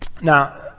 Now